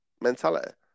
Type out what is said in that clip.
mentality